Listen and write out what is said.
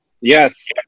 Yes